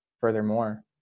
furthermore